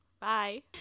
Bye